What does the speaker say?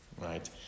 right